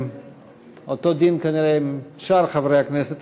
אותו הדין, כנראה, עם שאר חברי הכנסת.